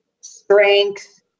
strength